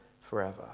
forever